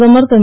பிரதமர் திரு